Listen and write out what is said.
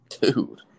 dude